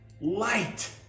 light